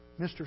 Mr